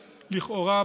לכאורה,